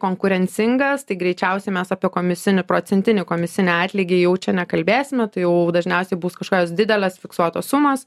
konkurencingas tai greičiausiai mes apie komisinį procentinį komisinį atlygį jau čia nekalbėsime tai jau dažniausiai bus kažkokios didelės fiksuotos sumos